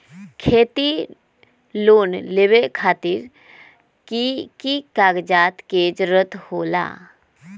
खेती लोन लेबे खातिर की की कागजात के जरूरत होला?